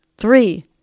Three